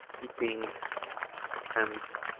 eating trends